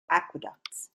aqueducts